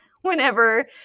whenever